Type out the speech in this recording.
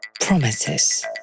Promises